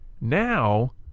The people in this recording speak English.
Now